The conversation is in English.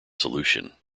solution